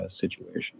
situation